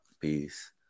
Peace